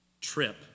trip